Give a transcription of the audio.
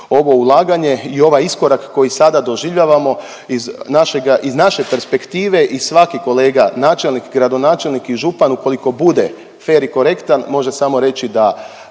Ovo ulaganje i ovaj iskorak koji sada doživljavamo iz našega, iz naše perspektive i svaki kolega načelnik, gradonačelnik i župan ukoliko bude fer i korektan može samo reći da